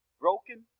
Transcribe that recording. Broken